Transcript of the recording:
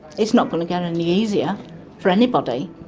it's not going to get any easier for anybody.